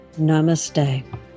Namaste